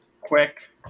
quick